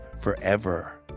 forever